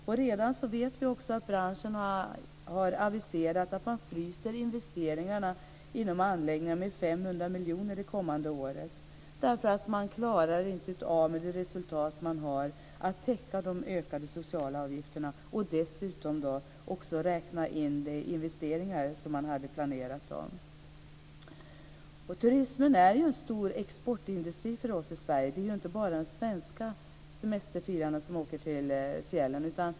Vi vet redan att branschen har aviserat att man fryser investeringar inom anläggningarna med 500 miljoner det kommande året. Man klarar inte med de resultat man har att täcka de ökade sociala avgifterna och dessutom räkna in de investeringar man hade planerat. Turismen är en stor exportindustri för oss i Sverige. Det är inte bara de svenska semesterfirarna som åker till fjällen.